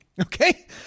Okay